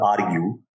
argue